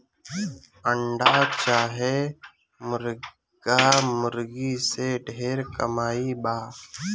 अंडा चाहे मुर्गा मुर्गी से ढेर कमाई बा